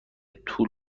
طول